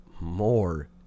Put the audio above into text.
more